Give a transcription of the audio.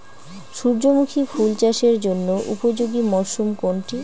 সূর্যমুখী ফুল চাষের জন্য উপযোগী মরসুম কোনটি?